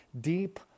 deep